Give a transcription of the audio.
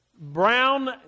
brown